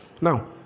Now